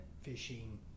fishing